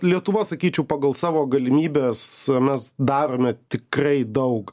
lietuva sakyčiau pagal savo galimybes mes darome tikrai daug